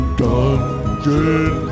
dungeon